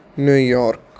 New York